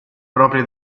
proprie